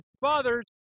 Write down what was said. Fathers